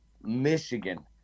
Michigan